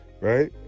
right